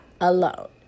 alone